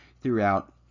throughout